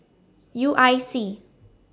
U I C